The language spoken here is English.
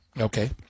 okay